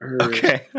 Okay